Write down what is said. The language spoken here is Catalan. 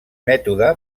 mètode